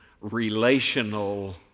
relational